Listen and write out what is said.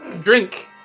Drink